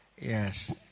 Yes